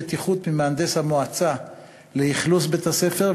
בטיחות ממהנדס המועצה לאכלוס בית-הספר,